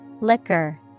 Liquor